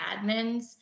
admins